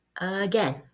again